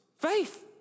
Faith